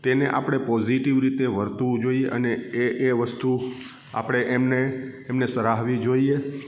તેને આપણે પોઝીટીવ રીતે વર્તવું જોઈએ અને એ એ વસ્તુ આપણે એમને એમને સરાહવી જોઈએ